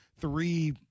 three